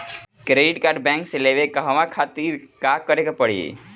Credit card bank से लेवे कहवा खातिर का करे के पड़ी?